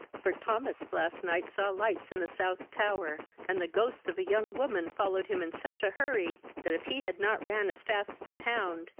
for thomas last night saw lights in the south tower, and the ghost of a young woman followed him in such a hurry, that, if he had not ran as fast as a hound,